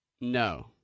No